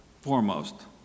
foremost